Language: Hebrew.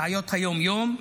בבעיות היום-יום,